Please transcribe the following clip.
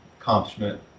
Accomplishment